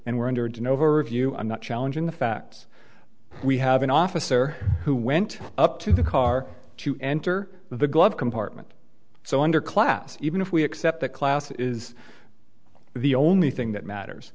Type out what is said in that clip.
and we're under genova review i'm not challenging the facts we have an officer who went up to the car to enter the glove compartment so underclass even if we accept that class is the only thing that matters